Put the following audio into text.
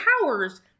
powers